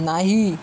नाही